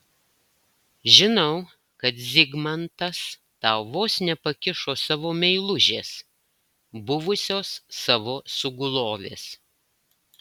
žinau kad zigmantas tau vos nepakišo savo meilužės buvusios savo sugulovės